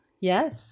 Yes